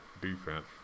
defense